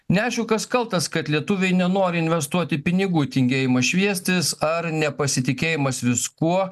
neaišku kas kaltas kad lietuviai nenori investuoti pinigų tingėjimas šviestis ar nepasitikėjimas viskuo